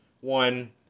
one